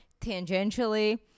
tangentially